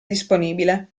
disponibile